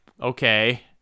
okay